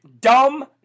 dumb